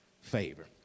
favor